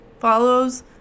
follows